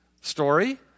story